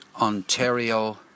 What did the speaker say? Ontario